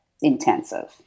intensive